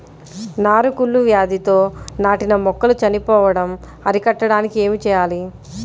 నారు కుళ్ళు వ్యాధితో నాటిన మొక్కలు చనిపోవడం అరికట్టడానికి ఏమి చేయాలి?